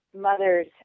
mothers